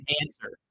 answer